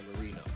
Marino